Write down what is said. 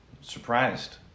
surprised